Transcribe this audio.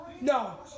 No